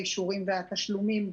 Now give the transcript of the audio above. האישורים והתשלומים,